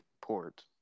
port